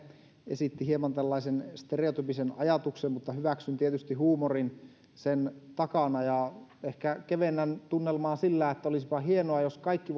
esitti hieman tällaisen stereotyyppisen ajatuksen mutta hyväksyn tietysti huumorin sen takana ja ehkä kevennän tunnelmaa sillä että olisipa hienoa jos kaikki